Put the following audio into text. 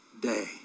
day